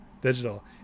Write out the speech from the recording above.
digital